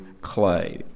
clay